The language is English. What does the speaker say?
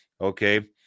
Okay